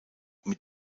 mit